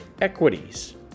Equities